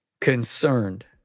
concerned